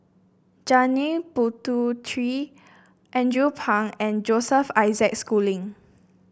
Janil Puthucheary Andrew Phang and Joseph Isaac Schooling